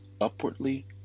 upwardly